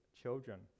children